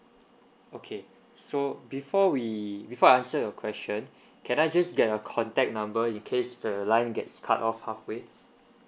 okay so before we before I answer your question can I just get your contact number in case the line gets cut off halfway